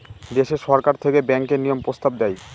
দেশে সরকার থেকে ব্যাঙ্কের নিয়ম প্রস্তাব দেয়